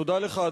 תודה לך,